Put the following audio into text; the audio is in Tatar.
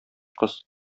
кыз